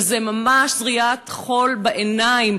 וזו ממש זריית חול בעיניים.